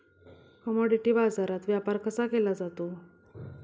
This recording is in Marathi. कमॉडिटी बाजारात व्यापार कसा केला जातो?